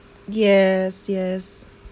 yes yes